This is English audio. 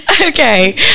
Okay